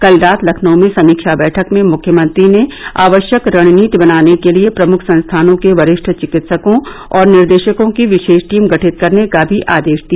कल रात लखनऊ में समीक्षा बैठक में मुख्यमंत्री ने आवश्यक रणनीति बनाने के लिए प्रमुख संस्थानों के वरिष्ठ चिकित्सकों और निर्देशकों की विशेष टीम गठित करने का भी आदेश दिया